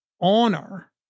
Honor